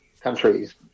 countries